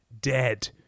dead